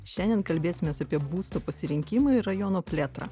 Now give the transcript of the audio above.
šiandien kalbėsimės apie būsto pasirinkimą ir rajono plėtrą